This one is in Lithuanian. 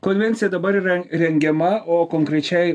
konvencija dabar yra rengiama o konkrečiai